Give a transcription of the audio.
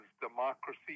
democracy